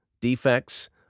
defects